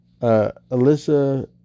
Alyssa